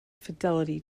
fidelity